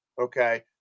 Okay